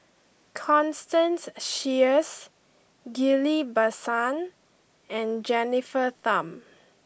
Constance Sheares Ghillie Basan and Jennifer Tham